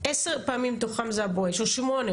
עשר פעמים מתוכם זה ה"בואש" או שמונה,